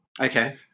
Okay